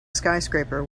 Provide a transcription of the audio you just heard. skyscraper